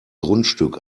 grundstück